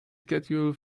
schedule